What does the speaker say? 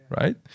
right